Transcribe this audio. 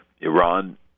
Iran